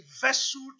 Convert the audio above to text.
vessel